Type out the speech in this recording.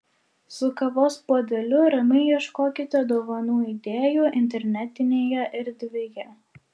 su kavos puodeliu ramiai ieškokite dovanų idėjų internetinėje erdvėje